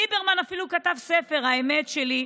ליברמן אפילו כתב ספר, "האמת שלי".